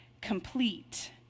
complete